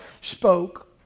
spoke